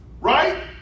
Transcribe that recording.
Right